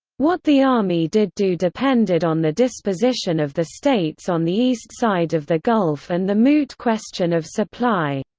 what the army did do depended on the disposition of the states on the east side of the gulf and the moot question of supply.